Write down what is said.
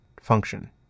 function